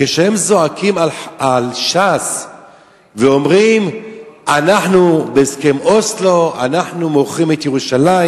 כשהם זועקים על ש"ס ואומרים: בהסכם אוסלו אנחנו מוכרים את ירושלים.